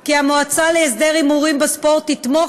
כי המועצה להסדר הימורים בספורט תתמוך